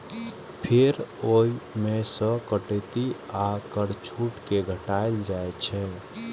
फेर ओइ मे सं कटौती आ कर छूट कें घटाएल जाइ छै